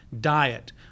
diet